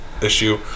issue